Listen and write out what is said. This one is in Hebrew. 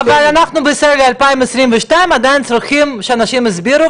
אבל אנחנו בישראל 2022 עדיין צריכים שאנשים יסבירו,